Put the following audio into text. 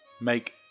make